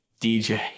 DJ